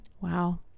Wow